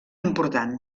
important